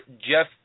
Jeff